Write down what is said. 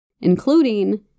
including